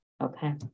Okay